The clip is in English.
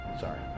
Sorry